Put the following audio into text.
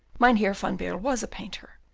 mynheer van baerle was a painter,